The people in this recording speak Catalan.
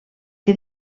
que